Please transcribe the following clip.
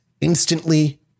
instantly